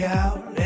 out